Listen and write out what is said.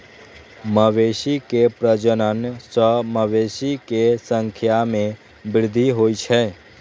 मवेशी के प्रजनन सं मवेशी के संख्या मे वृद्धि होइ छै